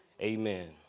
Amen